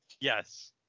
Yes